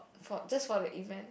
for just for the event